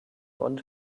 und